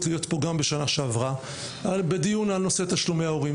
להיות פה גם בשנה שעברה בדיון על נושא תשלומי ההורים.